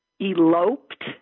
eloped